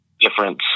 difference